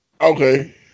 Okay